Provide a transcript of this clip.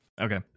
okay